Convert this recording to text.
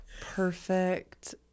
perfect